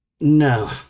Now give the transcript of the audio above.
No